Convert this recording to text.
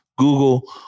google